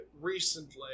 recently